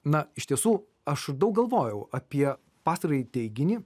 na iš tiesų aš daug galvojau apie pastarąjį teiginį